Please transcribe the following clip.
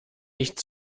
nicht